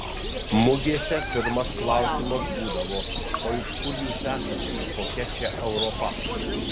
mugėse pirmas klausimas būdavo o iš kur jūs esate kokia čia europa